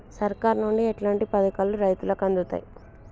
సర్కారు నుండి ఎట్లాంటి పథకాలు రైతులకి అందుతయ్?